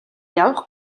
явах